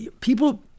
people